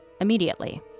immediately